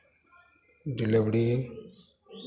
delivery